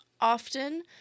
often